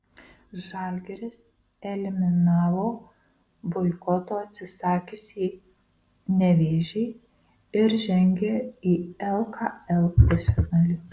žalgiris eliminavo boikoto atsisakiusį nevėžį ir žengė į lkl pusfinalį